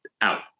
out